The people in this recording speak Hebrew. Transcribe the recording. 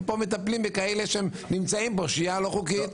ופה מטפלים בכאלה שנמצאים פה בשהייה לא חוקית.